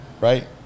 right